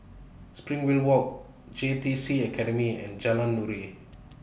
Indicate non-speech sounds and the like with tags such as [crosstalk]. [unintelligible] Walk J T C Academy and Jalan Nuri